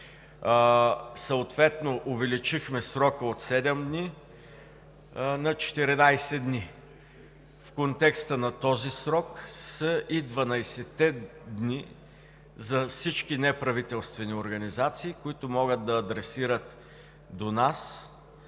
Съответно увеличихме срока от седем на 14 дни. В контекста на този срок са и 12-те дни за всички неправителствени организации, които могат да адресират до нас